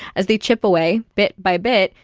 as they chip away, bit by bit,